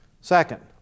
Second